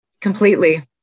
completely